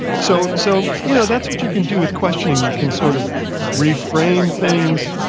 so so you know that's what you can do with questioning. you can sort of reframe things.